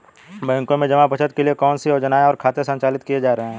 बैंकों में जमा बचत के लिए कौन कौन सी योजनाएं और खाते संचालित किए जा रहे हैं?